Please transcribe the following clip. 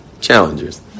Challengers